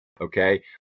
Okay